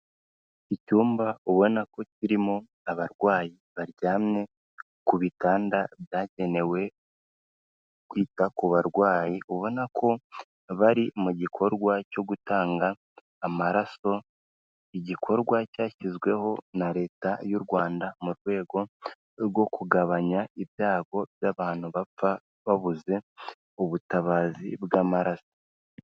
Icyumba ubona ko kirimo abarwayi baryamye ku bitanda byagenewe kwita ku barwayi ubona ko bari mu gikorwa cyo gutanga amaraso, igikorwa cyashyizweho na leta y'u Rwanda mu rwego rwo kugabanya ibyago by'abantu bapfa babuze ubutabazi bw'amaraso.